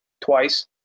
twice